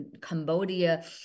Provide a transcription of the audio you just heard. Cambodia